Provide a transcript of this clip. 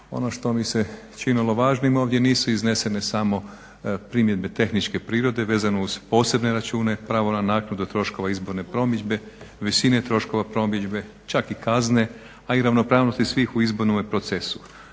Ono što mi se činilo važnim ovdje nisu iznesene samo primjedbe tehničke prirode vezano uz posebne računa, pravo na naknadu troškova izborne promidžbe, visine troškova promidžbe, čak i kazne, a i ravnopravnosti svih u izbornome procesu.